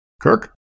Kirk